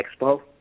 Expo